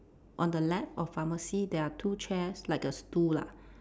on the left of pharmacy there are two chairs like a stool lah